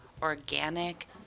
organic